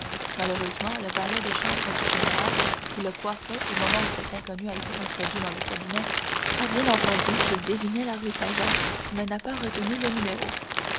malheureusement le valet de chambre du général qui le coiffait au moment où cet inconnu a été introduit dans le cabinet a bien entendu qu'il désignait la rue saint-jacques mais n'a pas retenu le numéro